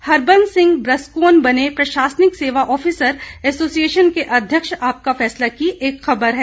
हरबंस सिंह ब्रसकोन बने प्रशासनिक सेवा ऑफिसर ऐसोसिएशन के अध्यक्ष आपका फैसला की खबर है